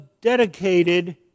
dedicated